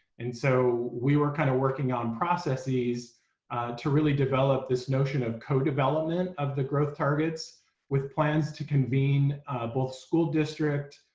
and so we were kind of working on processes to really develop this notion of co-development of the growth targets with plans to convene both school district,